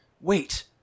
wait